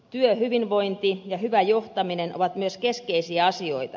työhyvinvointi ja hyvä johtaminen ovat myös keskeisiä asioita